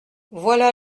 voilà